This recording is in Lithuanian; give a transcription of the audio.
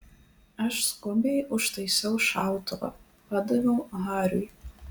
aš skubiai užtaisiau šautuvą padaviau hariui